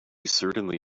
certainly